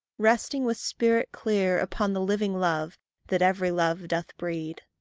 resting, with spirit clear, upon the living love that every love doth breed.